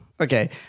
Okay